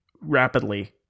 rapidly